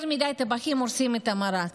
יותר מדי טבחים עושים את המרק.